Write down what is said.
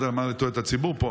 אני לא יודע מה לתועלת הציבור פה,